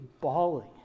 bawling